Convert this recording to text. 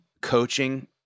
coaching